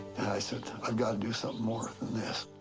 i said, i've got to do something more than this.